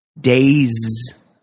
days